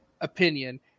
opinion